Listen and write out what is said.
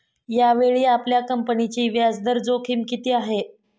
यावेळी आपल्या कंपनीची व्याजदर जोखीम किती आहे?